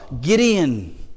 Gideon